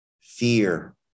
fear